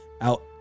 out